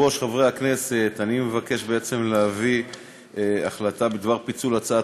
הצעת